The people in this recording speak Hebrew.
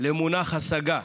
למונח "השגה",